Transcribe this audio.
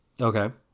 Okay